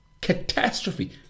Catastrophe